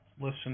listen